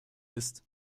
ist